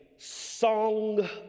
song